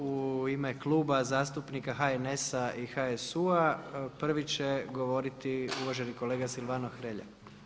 U ime Kluba zastupnika HNS-u i HSU-a prvi će govoriti uvaženi kolega Silvano Hrelja.